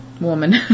woman